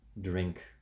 drink